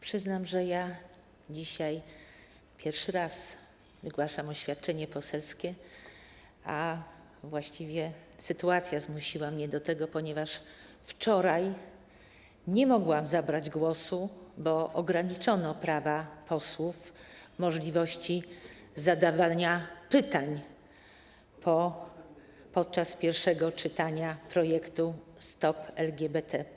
Przyznam, że ja dzisiaj pierwszy raz wygłaszam oświadczenie poselskie, a właściwie sytuacja zmusiła mnie do tego, ponieważ wczoraj nie mogłam zabrać głosu, bo ograniczono prawa posłów, ograniczono możliwość zadawania pytań podczas pierwszego czytania projektu: stop LGBT.